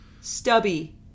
stubby